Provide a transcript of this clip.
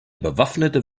bewaffnete